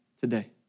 today